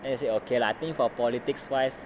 then they say okay lah think for politics wise